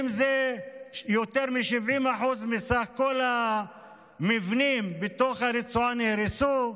אם זה יותר מ-70% מסך כל המבנים בתוך הרצועה נהרסו,